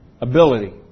Ability